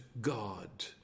God